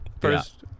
First